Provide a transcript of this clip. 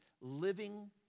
living